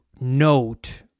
note